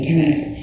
time